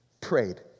prayed